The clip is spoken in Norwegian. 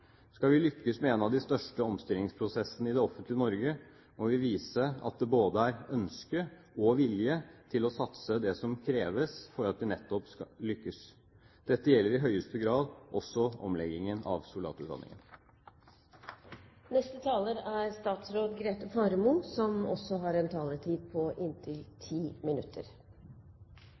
Skal vi lykkes med en av de største omstillingsprosessene i det offentlige Norge, må vi vise at det både er ønske om og vilje til å satse det som kreves – nettopp for at vi skal lykkes. Dette gjelder i høyeste grad også omleggingen av soldatutdanningen. Verneplikten er